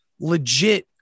legit